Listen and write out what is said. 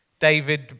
David